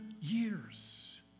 years